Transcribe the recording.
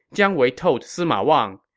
jiang wei told sima wang,